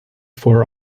fore